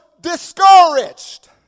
discouraged